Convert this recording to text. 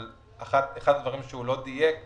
אבל אחד הדברים שהוא לא דייק בהם,